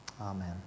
Amen